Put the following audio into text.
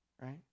right